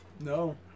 No